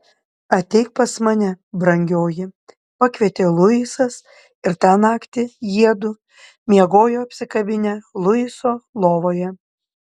ateik pas mane brangioji pakvietė luisas ir tą naktį jiedu miegojo apsikabinę luiso lovoje